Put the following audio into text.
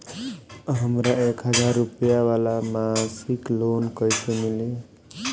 हमरा एक हज़ार रुपया वाला मासिक लोन कईसे मिली?